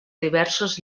diversos